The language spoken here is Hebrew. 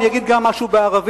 אני אגיד גם משהו בערבית,